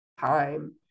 time